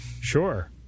Sure